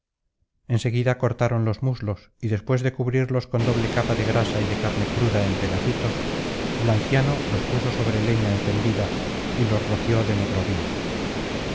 seguida cortaron los muslos y después de cubrirlos con doble capa de grasa y de carne cruda en pedacitos el anciano los puso sobre leña encendida y los roció de negro vino